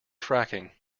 fracking